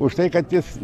už tai kad jis